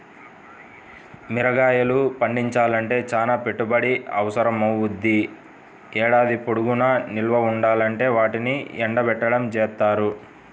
మిరగాయలు పండించాలంటే చానా పెట్టుబడి అవసరమవ్వుద్ది, ఏడాది పొడుగునా నిల్వ ఉండాలంటే వాటిని ఎండబెట్టడం జేత్తారు